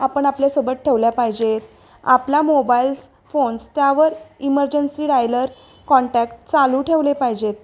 आपण आपल्यासोबत ठेवल्या पाहिजेत आपला मोबाईल्स फोन्स त्यावर इमर्जन्सी डायलर कॉन्टॅक्ट चालू ठेवले पाहिजेत